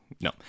No